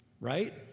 Right